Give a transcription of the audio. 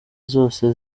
zose